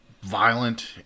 violent